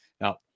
now